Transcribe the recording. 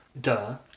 Duh